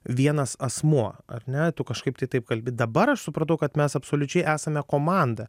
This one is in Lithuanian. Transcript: vienas asmuo ar ne tu kažkaip tai taip kalbi dabar aš supratau kad mes absoliučiai esame komanda